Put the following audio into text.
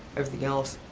everything else.